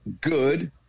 good